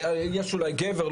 יש אולי גבר,